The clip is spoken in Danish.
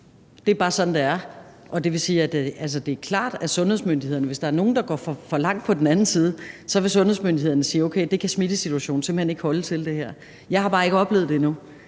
Det er bare sådan, det er. Det er klart, at hvis der er nogle, der går for langt til den anden side, så vil sundhedsmyndighederne sige, at det kan smittesituationen simpelt hen ikke holde til. Jeg har bare ikke oplevet det endnu.